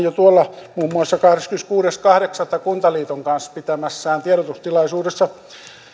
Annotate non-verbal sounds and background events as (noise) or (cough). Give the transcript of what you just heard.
(unintelligible) jo muun muassa kahdeskymmeneskuudes kahdeksatta kuntaliiton kanssa pitämässään tiedotustilaisuudessa